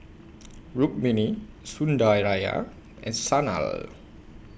Rukmini Sundaraiah and Sanal